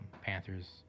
Panthers